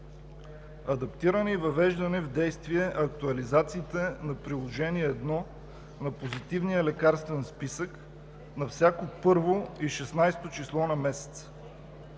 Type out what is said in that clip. адаптиране и въвеждане в действие актуализациите на Приложение № 1 на Позитивния лекарствен списък на всяко 1-во и 16-о число на месеца;